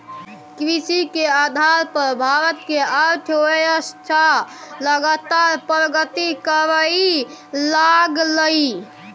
कृषि के आधार पर भारत के अर्थव्यवस्था लगातार प्रगति करइ लागलइ